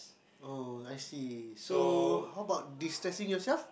oh I see so how about de stressing yourself